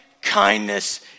kindness